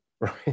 right